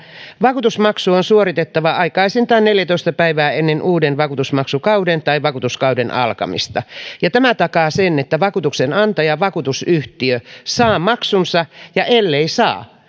vakuutusmaksu on suoritettava aikaisintaan neljätoista päivää ennen uuden vakuutusmaksukauden tai vakuutuskauden alkamista tämä takaa sen että vakuutuksenantaja vakuutusyhtiö saa maksunsa ja ellei saa